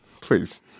Please